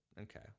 okay